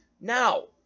now